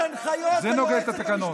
זה נוגד את התקנון.